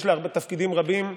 יש לה תפקידים רבים,